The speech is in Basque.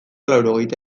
laurogeita